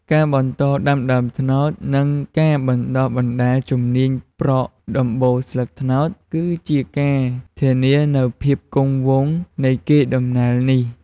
ការបន្តដាំដើមត្នោត និងការបណ្ដុះបណ្ដាលជំនាញប្រក់ដំបូលស្លឹកត្នោត គឺជាការធានានូវភាពគង់វង្សនៃកេរដំណែលនេះ។